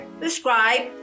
subscribe